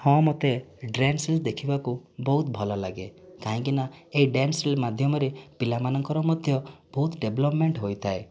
ହଁ ମୋତେ dance reel ଦେଖିବାକୁ ବହୁତ ଭଲ ଲାଗେ କାହିଁକି ନା ଏହି ଡ୍ୟାନ୍ସ ରିଲ୍ ମାଧ୍ୟମରେ ପିଲାମାନଙ୍କର ମଧ୍ୟ ବହୁତ ଡେଭଲପମେଣ୍ଟ ହୋଇଥାଏ